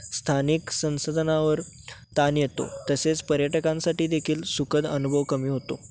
स्थानिक संसाधनावर ताण येतो तसेच पर्यटकांसाठी देखील सुखद अनुभव कमी होतो